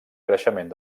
creixement